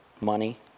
Money